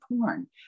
porn